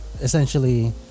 essentially